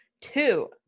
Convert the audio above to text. two